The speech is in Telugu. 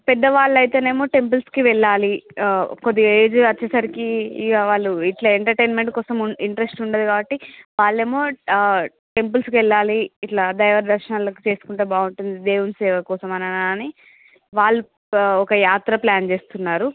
పెద్ద వాళ్ళు అయితేనేమో టెంపుల్స్కి వెళ్ళాలి కొద్దిగా ఏజు వచ్చేసరికి ఇక వాళ్ళు ఇట్ల ఎంటర్టైన్మెంట్ కోసం ఇంట్రెస్ట్ ఉండదు కాబట్టి వాళ్లేమో టెంపుల్స్కు వెళ్ళాలి ఇట్ల దైవ దర్శనాలకు చేసుకుంటే బాగుంటుంది దేవుని సేవ కోసం అని అననని వాళ్ళు ఒక యాత్ర ప్లాన్ చేస్తున్నారు